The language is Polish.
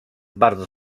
bardzo